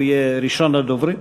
הוא יהיה ראשון הדוברים.